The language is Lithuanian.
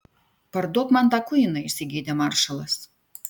parduok man tą kuiną įsigeidė maršalas